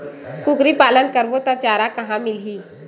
कुकरी पालन करबो त चारा कहां मिलही?